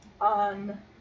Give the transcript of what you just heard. on